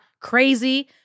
crazy